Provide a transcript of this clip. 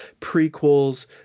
prequels